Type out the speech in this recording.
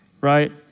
right